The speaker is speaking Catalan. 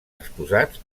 exposats